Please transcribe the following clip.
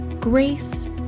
Grace